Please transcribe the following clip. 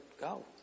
Go